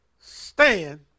stand